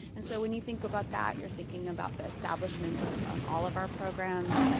and so when you think about that you're thinking about the establishment of um all of our programs,